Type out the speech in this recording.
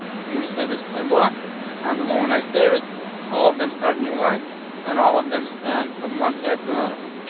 i'm gonna say this plan block on the one when i say that all of them starting you line and all of them spend from one side to another one.